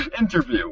interview